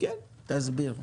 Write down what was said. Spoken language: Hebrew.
תסביר.